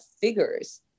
figures